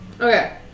Okay